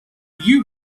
you